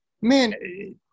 Man